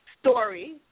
story